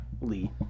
Lee